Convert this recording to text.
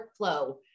workflow